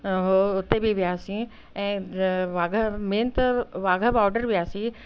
ऐं हुओ हुते बि वियासीं ऐं वाघर मेन त वाघा बॉडर वियासीं